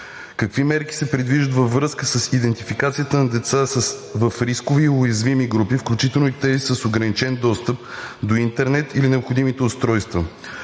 Какви мерки се предвиждат във връзка с идентификацията на деца в рискови и уязвими групи, включително и тези с ограничен достъп до интернет или необходимите устройства?